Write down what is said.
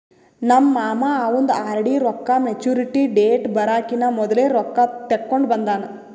ನಮ್ ಮಾಮಾ ಅವಂದ್ ಆರ್.ಡಿ ರೊಕ್ಕಾ ಮ್ಯಚುರಿಟಿ ಡೇಟ್ ಬರಕಿನಾ ಮೊದ್ಲೆ ರೊಕ್ಕಾ ತೆಕ್ಕೊಂಡ್ ಬಂದಾನ್